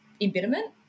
embitterment